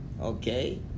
okay